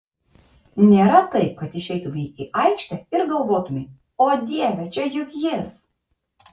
nėra taip kad išeitumei į aikštę ir galvotumei o dieve čia juk jis